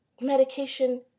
medication